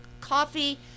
coffee